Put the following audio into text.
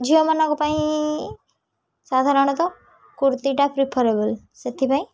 ଝିଅମାନଙ୍କ ପାଇଁ ସାଧାରଣତଃ କୁର୍ତ୍ତୀଟା ପ୍ରିଫରେବଲ୍ ସେଥିପାଇଁ